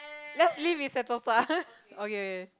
let's live in sentosa okay okay